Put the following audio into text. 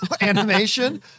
animation